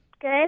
Good